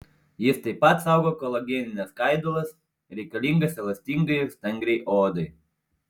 jis taip pat saugo kolagenines skaidulas reikalingas elastingai ir stangriai odai